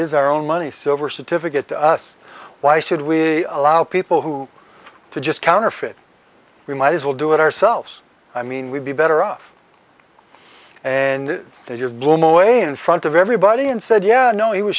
is our own money silver certificates to us why should we allow people who to just counterfeit we might as well do it ourselves i mean we'd be better off and they just blew him away in front of everybody and said yeah no it was